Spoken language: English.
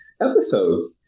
episodes